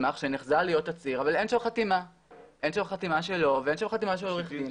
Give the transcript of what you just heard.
מסמך שנחזה להיות תצהיר אבל אין שם חתימה שלו ואין חתימה של עורך דין,